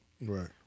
right